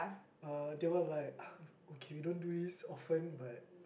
uh they were like okay we don't do this often but